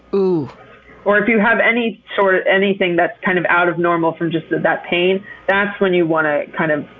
or if you have any sort of anything that's kind of out of normal from just that pain that's when you want to, kind of,